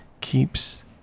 keeps